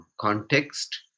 context